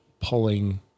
pulling